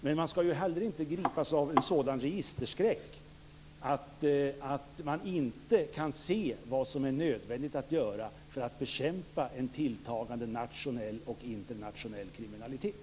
Men man skall inte heller gripas av en sådan registerskräck att man inte kan se vad som är nödvändigt att göra för att bekämpa en tilltagande nationell och internationell kriminalitet.